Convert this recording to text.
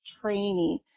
training